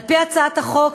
על-פי הצעת החוק,